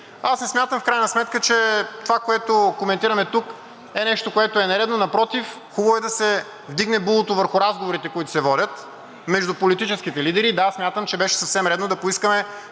Аз не смятам в крайна сметка, че това, което коментираме тук, е нещо нередно, напротив – хубаво е да се вдигне булото върху разговорите, които се водят между политическите лидери и да, смятам, че беше съвсем редно да поискаме